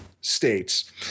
States